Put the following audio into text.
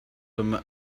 comme